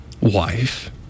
wife